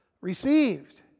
received